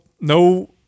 no